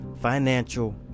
financial